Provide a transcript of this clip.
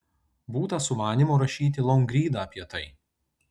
būta sumanymo rašyti longrydą apie tai